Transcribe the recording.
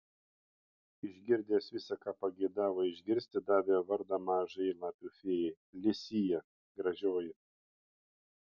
išgirdęs visa ką pageidavo išgirsti davė vardą mažajai lapių fėjai li sija gražioji